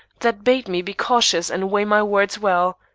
that bade me be cautious and weigh my words well.